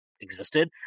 existed